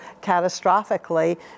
catastrophically